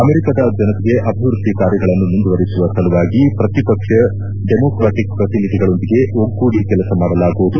ಅಮೆರಿಕದ ಜನತೆಗೆ ಅಭಿವೃದ್ಧಿ ಕಾರ್ಯಗಳನ್ನು ಮುಂದುವರೆಸುವ ಸಲುವಾಗಿ ಪ್ರತಿಪಕ್ಷ ಡೆಮೊಕ್ರಾಟಕ್ ಪ್ರತಿನಿಧಿಗಳೊಂದಿಗೆ ಒಗ್ಗೂಡಿ ಕೆಲಸ ಮಾಡಲಾಗುವುದು